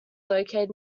located